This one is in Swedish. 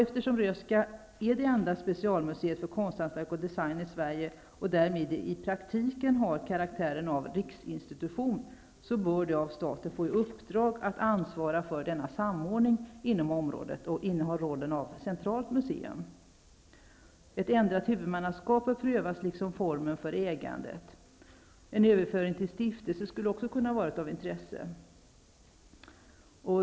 Eftersom Röhsska museet är det enda specialmuseet för konsthantverk och design i Sverige och det därmed i praktiken har karaktären av riksinstitution, bör det av staten få i uppdrag att ansvara för denna samordning inom området och även inneha rollen som centralt museum. Ett ändrat huvudmannaskap bör prövas liksom formen för ägandet. En överföring till stiftelse skulle också kunna vara av intresse.